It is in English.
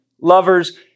lovers